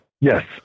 Yes